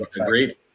Agreed